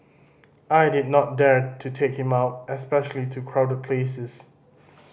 I did not dare to take him out especially to crowded places